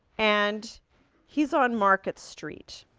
and he's on market street.